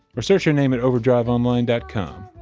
or search her name at overdriveonline dot com.